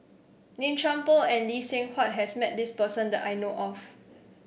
Lim Chuan Poh and Lee Seng Huat has met this person that I know of